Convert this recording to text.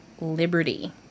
Liberty